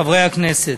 חברי הכנסת,